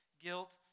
guilt